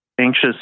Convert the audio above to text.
anxious